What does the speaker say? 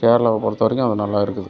கேரளாவை பொறுத்த வரைக்கும் அது நல்லாயிருக்குது